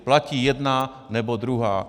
Platí jedna nebo druhá.